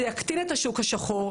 זה יקטין את השוק השחור,